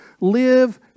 live